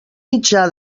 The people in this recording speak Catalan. mitjà